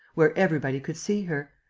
where everybody could see her?